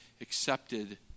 accepted